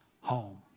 home